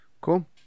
cool